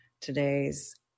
Today's